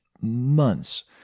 months